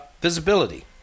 Visibility